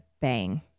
bang